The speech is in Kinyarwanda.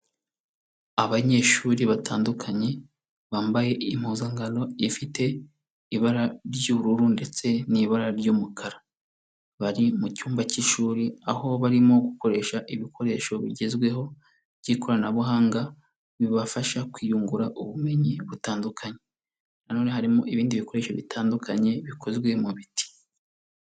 Abanyeshuri batandukanye bambaye impuzankano ifite ibara ry'ubururu ndetse n'ibara ry'umukara, bari mu cyumba cy'ishuri aho barimo gukoresha ibikoresho bigezweho by'ikoranabuhanga, bibafasha kwiyungura ubumenyi butandukanye na none harimo ibindi bikoresho bitandukanye bikozwe mu biti.